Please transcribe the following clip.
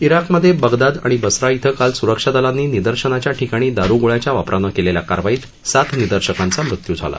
इराकमधे Baghdad आणि Basra इथं काल स्रक्षादलांनी निदर्शनाच्या ठिकाणी दारुगोळ्याच्या वापरानं केलेल्या कारवाईत सात निदर्शकांचा मृत्यू झाला